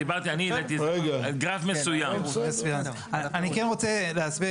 דיברתי, אני --- אני כן רוצה להסביר.